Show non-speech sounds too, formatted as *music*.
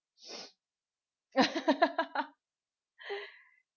*laughs*